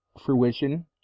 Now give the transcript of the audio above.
fruition